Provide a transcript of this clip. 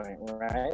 right